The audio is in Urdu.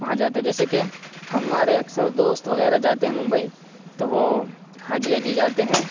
وہاں جاتے ہیں جیسے کہ ہمارے اکثر دوست وغیرہ جاتے ہیں ممبئی تو وہ حاجی علی جاتے ہیں